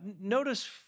notice